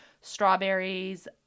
strawberries